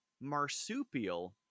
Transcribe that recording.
marsupial